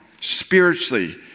spiritually